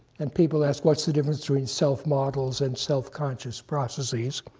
and people ask, what's the difference between self models and self-conscious processes?